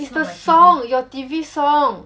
it's the song your T_V song